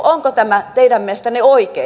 onko tämä teidän mielestänne oikein